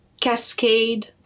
Cascade